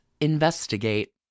investigate